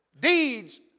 deeds